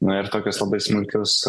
na ir tokius labai smulkius